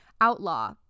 outlaw